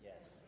Yes